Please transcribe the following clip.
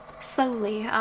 slowly